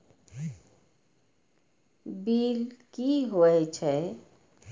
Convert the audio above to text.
Bill की हौए छै?